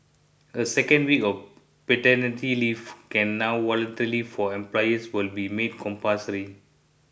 a second week of paternity leave can now voluntary for employers will be made compulsory